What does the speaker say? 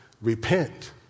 repent